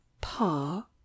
pa